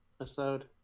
episode